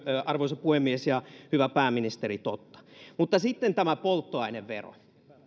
arvoisa puhemies ja hyvä pääministeri totta mutta sitten tämä polttoainevero